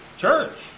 church